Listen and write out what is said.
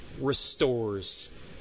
restores